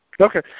Okay